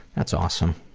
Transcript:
that's awesome.